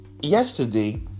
yesterday